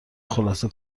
خلاصه